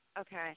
Okay